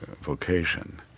vocation